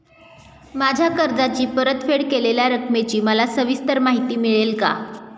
माझ्या कर्जाची परतफेड केलेल्या रकमेची मला सविस्तर माहिती मिळेल का?